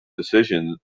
decisions